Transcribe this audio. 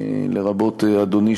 לרבות אדוני,